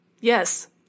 yes